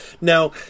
Now